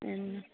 മ്മ്